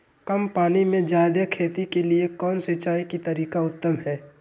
कम पानी में जयादे खेती के लिए कौन सिंचाई के तरीका उत्तम है?